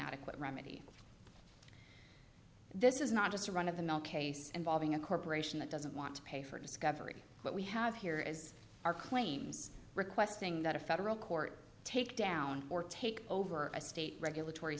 adequate remedy this is not just a run of the mill case involving a corporation that doesn't want to pay for discovery what we have here is our claims requesting that a federal court take down or take over a state regulatory